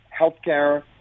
healthcare